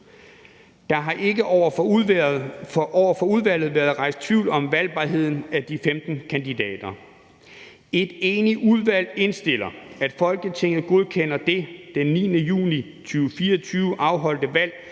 Der har ikke over for udvalget været rejst tvivl om valgbarheden af de 15 valgte kandidater. Et enigt udvalg indstiller, at Folketinget godkender det den 9. juni 2024 afholdte valg